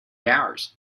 hours